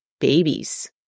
babies